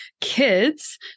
kids